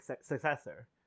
successor